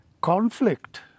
conflict